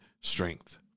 strength